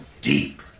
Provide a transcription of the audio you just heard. deep